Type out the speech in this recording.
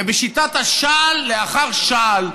ובשיטת שעל אחר שעל,